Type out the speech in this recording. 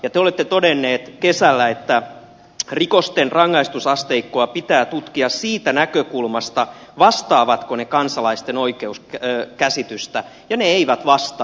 te olette todennut kesällä että rikosten rangaistusasteikkoja pitää tutkia siitä näkökulmasta vastaavatko ne kansalaisten oikeuskäsitystä ja ne eivät vastaa